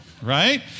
right